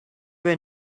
were